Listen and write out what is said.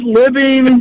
living